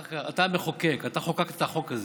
אתה המחוקק, חוקקת חוק כזה.